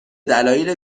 دلایل